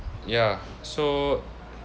ya so